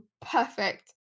perfect